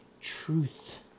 truth